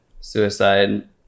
suicide